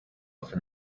from